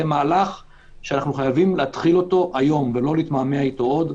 זה מהלך שאנחנו חייבים להתחיל אותו היום ולא להתמהמה אתו עוד.